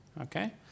Okay